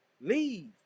leave